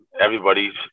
everybody's